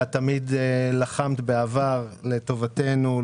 שאת תמיד לחמת בעבר לטובתנו,